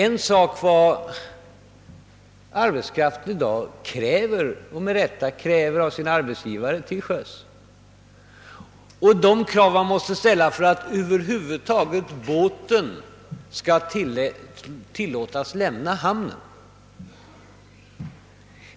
En sak är vad arbetskraften i dag kräver — och med rätta kräver — av sina arbetsgivare till sjöss, och en annan sak är de krav som måste ställas för att båten över huvud taget skall kunna tillåtas lämna hamnen.